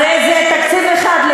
הרי זה תקציב אחד.